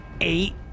eight